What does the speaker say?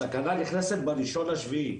התקנה נכנסת ב-1 ביולי.